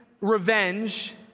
revenge